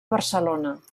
barcelona